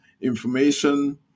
information